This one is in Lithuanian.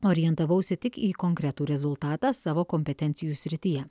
orientavausi tik į konkretų rezultatą savo kompetencijų srityje